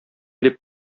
дип